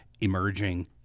emerging